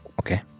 Okay